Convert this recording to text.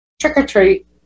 trick-or-treat